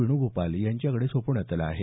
वेणूगोपाल यांच्याकडे सोपवण्यात आला आहे